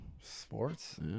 Sports